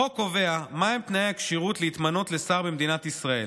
החוק קובע מהם תנאי הכשירות להתמנות לשר במדינת ישראל,